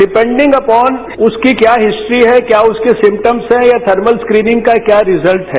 depending upon उसकी क्या history है क्या उसके सिमटम्स हैं या थर्मल स्क्रीनिंग का क्या रिजल्ट है